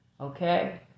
Okay